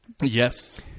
Yes